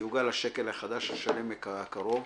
יעוגל לשקל החדש השלם הקרוב,